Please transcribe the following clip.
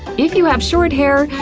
if you have short hair,